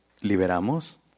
liberamos